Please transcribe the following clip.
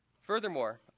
Furthermore